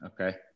Okay